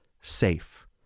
SAFE